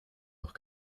doch